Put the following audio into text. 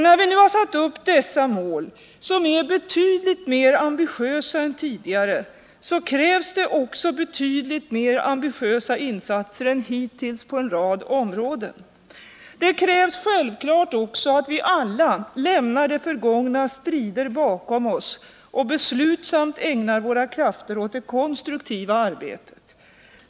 När vi nu har satt upp dessa mål, som är betydligt mer ambitiösa än tidigare, krävs det också betydligt mer ambitiösa insatser än hittills på en rad områden. Det krävs självfallet också att vi alla lämnar det förgångnas strider bakom oss och beslutsamt ägnar våra krafter åt det konstruktiva arbetet.